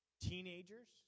teenagers